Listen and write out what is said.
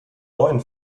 neuen